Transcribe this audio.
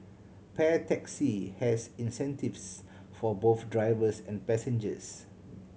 Pair Taxi has incentives for both drivers and passengers